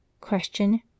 question